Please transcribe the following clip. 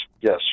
yes